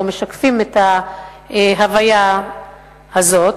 או שמשקפים את ההוויה הזאת,